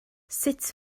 sut